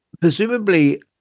presumably